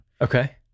Okay